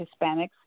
hispanics